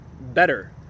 better